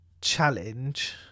challenge